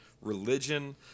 religion